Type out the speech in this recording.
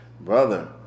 Brother